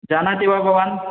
जानाति वा भवान्